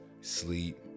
sleep